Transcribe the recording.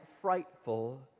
frightful